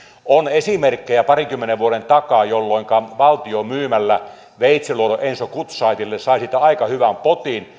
on esimerkkejä parinkymmenen vuoden takaa jolloinka valtio myymällä veitsiluodon enso gutzeitille sai siitä aika hyvän potin